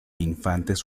infantes